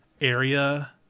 area